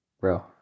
Bro